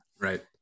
Right